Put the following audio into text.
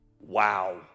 wow